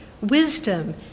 wisdom